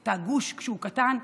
את הגוש כשהוא קטן,